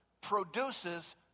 produces